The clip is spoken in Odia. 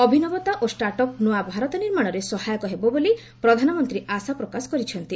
ଅଭିନବତା ଓ ଷ୍ଟାର୍ଟଅପ୍ ନୂଆ ଭାରତ ନିର୍ମାଣରେ ସହାୟକ ହେବ ବୋଲି ପ୍ରଧାନମନ୍ତ୍ରୀ ଆଶା ପ୍ରକାଶ କରିଛନ୍ତି